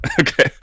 Okay